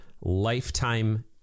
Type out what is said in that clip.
lifetime